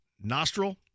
nostril